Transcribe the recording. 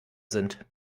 sind